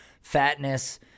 fatness